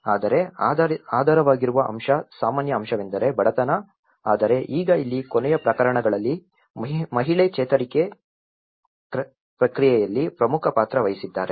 ಆದರೆ ಆಧಾರವಾಗಿರುವ ಅಂಶ ಸಾಮಾನ್ಯ ಅಂಶವೆಂದರೆ ಬಡತನ ಆದರೆ ಈಗ ಇಲ್ಲಿ ಕೊನೆಯ ಪ್ರಕರಣಗಳಲ್ಲಿ ಮಹಿಳೆ ಚೇತರಿಕೆ ಪ್ರಕ್ರಿಯೆಯಲ್ಲಿ ಪ್ರಮುಖ ಪಾತ್ರ ವಹಿಸಿದ್ದಾರೆ